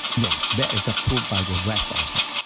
yes, there is approved by the west also.